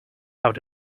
out